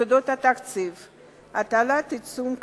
יסודות התקציב (תיקון, הטלת עיצום כספי),